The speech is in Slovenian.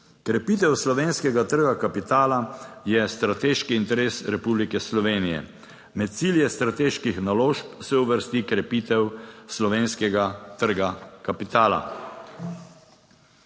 Krepitev slovenskega trga kapitala je strateški interes Republike Slovenije. Med cilje strateških naložb se uvrsti krepitev slovenskega trga kapitala.